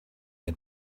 had